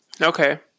Okay